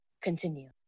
continue